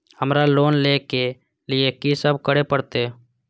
हमरा लोन ले के लिए की सब करे परते?